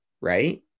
Right